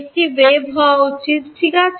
একটি ওয়েভ হওয়া উচিত ঠিক আছে